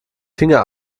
finger